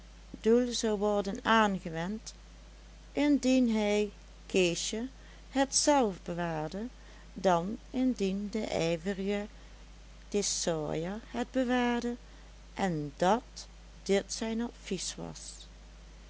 doel zou worden aangewend indien hij keesje het zelf bewaarde dan indien de ijverige thesaurier het bewaarde en dat dit zijn advies was